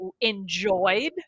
enjoyed